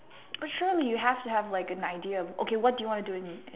but surely you have to have like an idea okay what do you want to do in